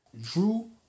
Drew